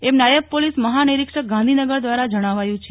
એમ નાયબ પોલીસ મહા નિરીક્ષક ગાંધીનગર દ્વારા જણાવાયું છે